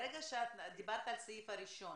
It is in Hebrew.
ברגע שאת דיברת על הסעיף הראשון,